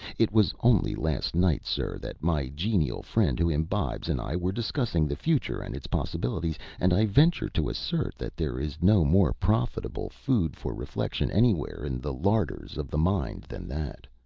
it was only last night, sir, that my genial friend who imbibes and i were discussing the future and its possibilities, and i venture to assert that there is no more profitable food for reflection anywhere in the larders of the mind than that.